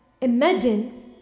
imagine